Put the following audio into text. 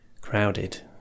crowded